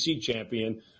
champion